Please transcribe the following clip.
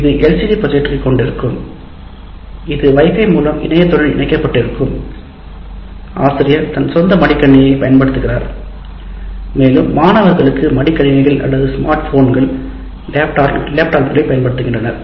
இது எல்சிடி ப்ரொஜெக்டரைக் கொண்டிருக்கும் இது Wi Fi மூலம் இணையத்துடன் இணைக்கப்பட்டிருக்கும் ஆசிரியர் தனது சொந்த மடிக்கணினியைப் பயன்படுத்துகிறார் மேலும் மாணவர்களுக்கு மடிக்கணினிகள் அல்லது ஸ்மார்ட் போன்கள் டேப்லெட்டுகள் பயன்படுத்துகின்றனர்